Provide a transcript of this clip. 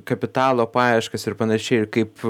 kapitalo paieškas ir panašiai ir kaip